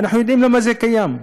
ואנחנו יודעים למה זה קיים,